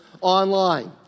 online